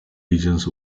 regions